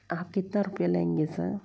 आप कितना रुपया लेंगे सर